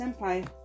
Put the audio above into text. Senpai